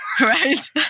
right